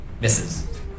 misses